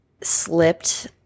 slipped